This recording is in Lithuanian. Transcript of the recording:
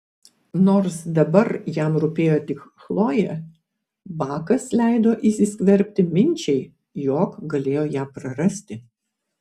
nors dabar jam rūpėjo tik chlojė bakas leido įsiskverbti minčiai jog galėjo ją prarasti